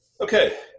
Okay